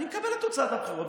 אני מקבל את תוצאת הבחירות,